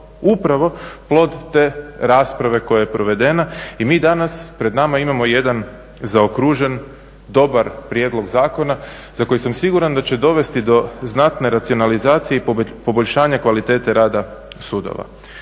upravo plod te rasprave koja je provedena. I mi danas pred nama imamo jedan zaokružen, dobar prijedlog zakona za koji sam siguran da će dovesti do znate racionalizacije i poboljšanja kvalitete rada sudova.